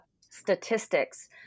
statistics